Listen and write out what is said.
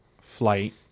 flight